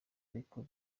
ariko